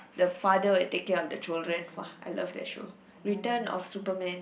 the father will take care of the children !wah! I love that show return of superman